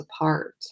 apart